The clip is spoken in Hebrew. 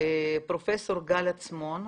פרופ' גיל עצמון,